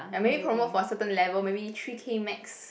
like maybe promote for certain level maybe three K max